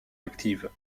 active